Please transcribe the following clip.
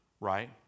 right